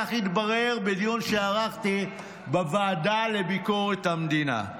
כך התברר בדיון שערכתי בוועדה לביקורת המדינה.